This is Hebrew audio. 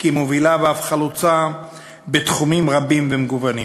מובילה ואף חלוצה בתחומים רבים ומגוונים.